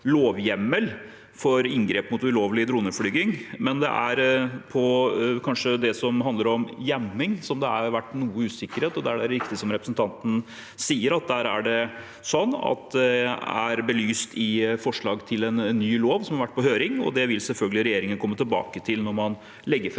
for inngrep mot ulovlig droneflyging, men det er kanskje det som handler om jamming det har vært noe usikkerhet om. Det er riktig som representanten sier, at det er belyst i forslag til en ny lov som har vært på høring, og det vil selvfølgelig regjeringen komme tilbake til når man legger fram